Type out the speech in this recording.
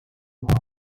puan